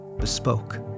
bespoke